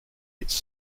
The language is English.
its